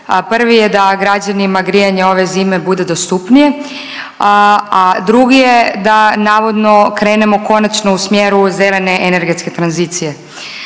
prvi je da građanima grijanje ove zime bude dostupnije, a drugi je da navodno krenemo konačno u mjeru zelene energetske tranzicije.